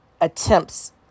attempts